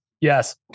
Yes